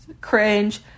cringe